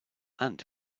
and